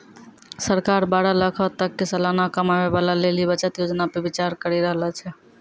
सरकार बारह लाखो तक के सलाना कमाबै बाला लेली बचत योजना पे विचार करि रहलो छै